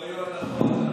גברתי היושבת בראש,